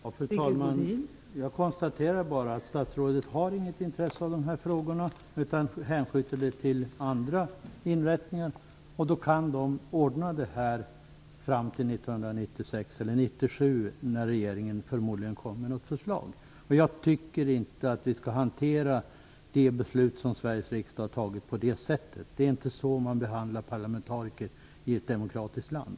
Fru talman! Jag konstaterar bara att statsrådet inte har något intresse av de här frågorna utan hänskjuter dem till andra inrättningar. Det gör att de kan ordna det här fram till 1996 eller 1997, då regeringen förmodligen presenterar ett förslag. Jag tycker inte att vi skall hantera de beslut som Sveriges riksdag har fattat på det sättet. Det är inte så man behandlar parlamentariker i ett demokratiskt land.